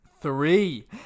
Three